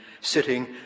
sitting